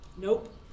Nope